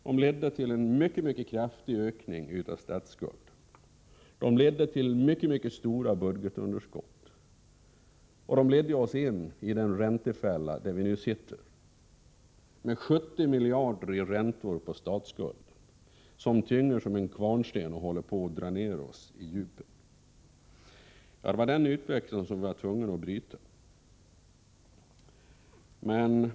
Den ledde till en mycket kraftig ökning av statsskulden och till mycket stora budgetunderskott. Den ledde oss in i den räntefälla där vi nu sitter med 70 miljarder i räntor på statsskulden, som tynger som en kvarnsten och håller på att dra ned oss i djupet. Den utvecklingen var vi tvungna att bryta.